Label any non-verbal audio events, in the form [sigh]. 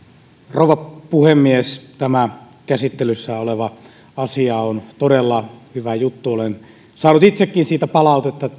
rouva puhemies tämä käsittelyssä oleva asia on todella hyvä juttu olen saanut itsekin siitä palautetta [unintelligible]